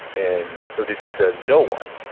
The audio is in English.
and odysseus says, no one.